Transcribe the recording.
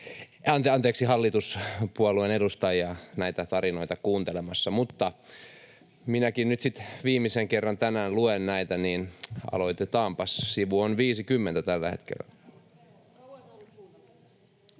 enemmän hallituspuolueen edustajia näitä tarinoita kuuntelemassa. Mutta minäkin nyt sitten viimeisen kerran tänään luen näitä, niin että aloitetaanpas — sivu on 50 tällä hetkellä.